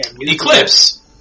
Eclipse